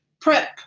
prep